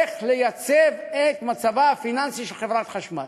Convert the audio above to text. איך לייצב את מצבה הפיננסי של חברת חשמל,